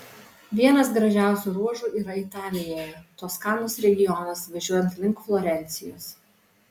vienas gražiausių ruožų yra italijoje toskanos regionas važiuojant link florencijos